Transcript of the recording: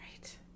Right